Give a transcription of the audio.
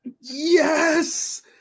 Yes